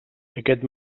aquest